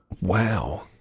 Wow